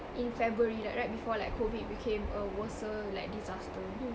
in february like right before like COVID became a worser disaster